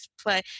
play